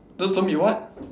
just don't be what